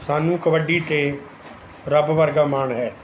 ਸਾਨੂੰ ਕਬੱਡੀ ਤੇ ਰੱਬ ਵਰਗਾ ਮਾਣ ਹੈ